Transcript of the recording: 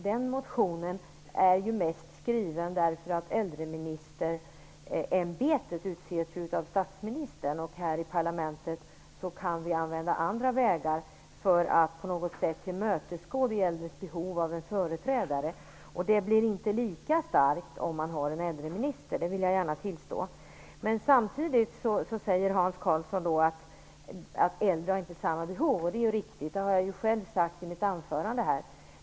Den motionen är ju mest skriven därför att äldreministerämbetet utses av statsministern. Här i parlamentet kan vi använda andra vägar för att på något sätt tillmötesgå de äldres behov av en företrädare. Detta behov blir inte lika starkt om man har en äldreminister; det vill jag gärna tillstå. Samtidigt säger Hans Karlsson att de äldre inte har samma behov. Det är riktigt och det har jag själv sagt i mitt anförande.